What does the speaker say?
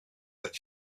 that